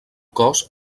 cos